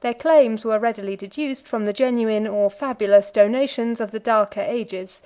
their claims were readily deduced from the genuine, or fabulous, donations of the darker ages